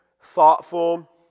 thoughtful